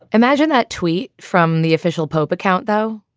imagine that tweet from the official pope account, though.